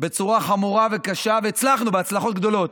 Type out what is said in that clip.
בצורה חמורה וקשה, והצלחנו בהצלחות גדולות,